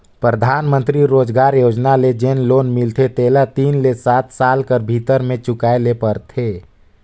परधानमंतरी रोजगार योजना ले जेन लोन मिलथे तेला तीन ले सात साल कर भीतर में चुकाए ले परथे